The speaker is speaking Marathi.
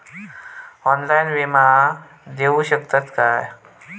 ऑनलाइन विमा घेऊ शकतय का?